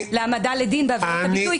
להעמדה לדין בעבירות הביטוי,